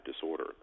disorder